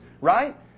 right